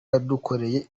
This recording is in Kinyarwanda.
yadukoreye